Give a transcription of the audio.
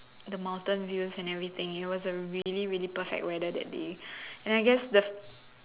the mountain views and everything it was a really really perfect weather that day and I guess the